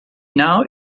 now